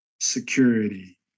security